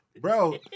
Bro